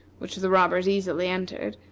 which the robbers easily entered,